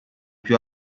più